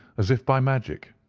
as if by magic.